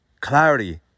Clarity